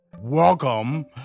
Welcome